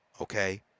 Okay